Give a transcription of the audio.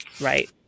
right